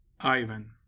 Ivan